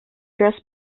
dress